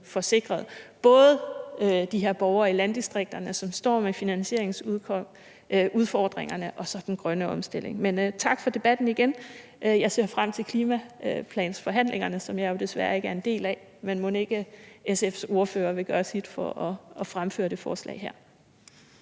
får sikret både de her borgere i landdistrikterne, som står med finansieringsudfordringer, og den grønne omstilling. Men igen: Tak for debatten. Jeg ser frem til klimaplansforhandlingerne, som jeg jo desværre ikke er en del af, men mon ikke SF's ordfører vil gøre sit for at fremføre det forslag her.